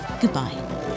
goodbye